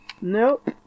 Nope